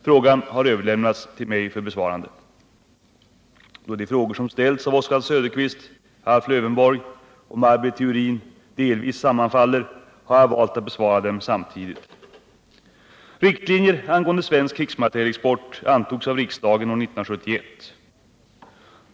Frågan har överlämnats till mig för besvarande. Då de frågor som ställts av Oswald Söderqvist, Alf Lövenborg och Maj Britt Theorin delvis sammanfaller har jag valt att besvara dem samtidigt. Riktlinjer angående svensk krigsmaterielexport antogs av riksdagen år 1971 .